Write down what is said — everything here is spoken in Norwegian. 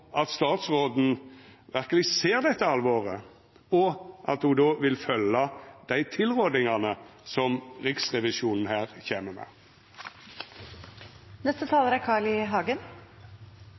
at statsråden verkeleg ser dette alvoret, og at ho vil følgja dei tilrådingane som Riksrevisjonen her kjem